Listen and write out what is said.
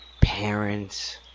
parents